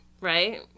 right